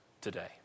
today